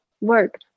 work